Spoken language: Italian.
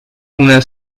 una